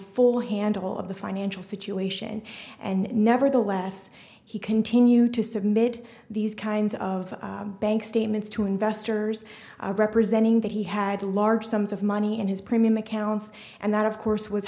full handle of the financial situation and nevertheless he continued to submit these kinds of bank statements to investors representing that he had large sums of money in his premium accounts and that of course was